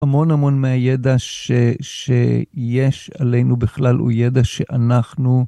המון המון מהידע שיש עלינו בכלל, הוא ידע שאנחנו...